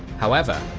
however,